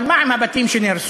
אבל מה עם הבתים שנהרסו?